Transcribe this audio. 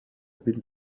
ville